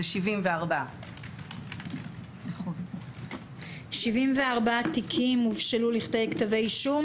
74. 74 תיקים הובשלו לכדי כתבי אישום?